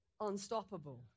unstoppable